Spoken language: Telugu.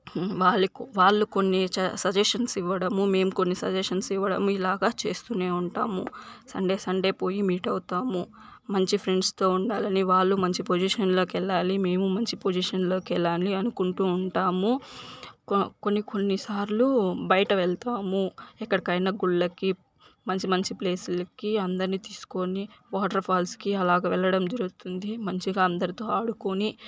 వాళ్లకి వాళ్లు కొన్ని సజెషన్స్ ఇవ్వడము మేము కొన్ని సజెషన్స్ ఇవ్వడం ఇలాగా చేస్తూనే ఉంటాము సండే సండే పోయి మీట్ అవుతాము మంచి ఫ్రెండ్స్తో ఉండాలని వాళ్లు మంచి పోసిషన్లోకి వెళ్ళాలి మేము మంచి పోసిషన్లోకి వెళ్ళాలి అనుకుంటూ ఉంటాము కొ కొన్ని కొన్ని సార్లు బయట వెళ్తాము ఎక్కడికైనా గుళ్ళకి మంచి మంచి ప్లేస్లకి అందరిని తీసుకొని వాటర్ ఫాల్స్కి అలాగా వెళ్లడం జరుగుతుంది మంచిగా అందరితో ఆడుకుని